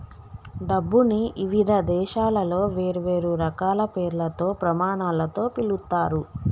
డబ్బుని ఇవిధ దేశాలలో వేర్వేరు రకాల పేర్లతో, ప్రమాణాలతో పిలుత్తారు